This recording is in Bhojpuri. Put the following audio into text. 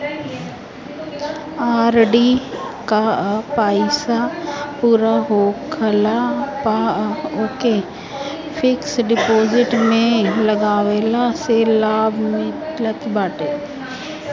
आर.डी कअ पईसा पूरा होखला पअ ओके फिक्स डिपोजिट में लगवला से लाभ मिलत बाटे